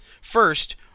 First